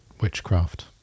witchcraft